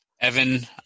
Evan